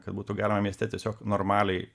kad būtų gera mieste tiesiog normaliai